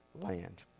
land